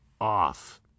off